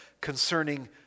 concerning